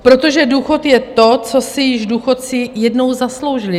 Protože důchod je to, co si již důchodci jednou zasloužili.